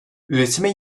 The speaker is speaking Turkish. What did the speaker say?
üretime